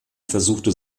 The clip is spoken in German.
versuchte